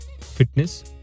fitness